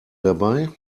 dabei